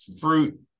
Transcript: fruit